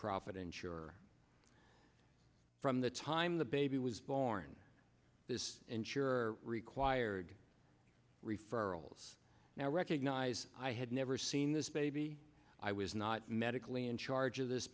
profit insurer from the time the baby was born and sure required referrals now recognize i had never seen this baby i was not medically in charge of this